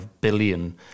billion